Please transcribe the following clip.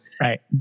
Right